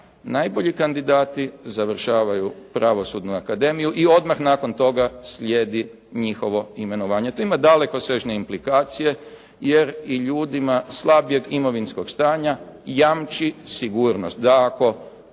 najbolji kandidati završavaju Pravosudnu akademiju i odmah nakon toga slijedi njihovo imenovanje. To ima dalekosežne implikacije jer i ljudima slabijeg imovinskog stanja jamči sigurnost